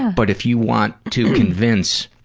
but if you want to convince